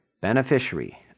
beneficiary